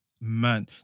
Man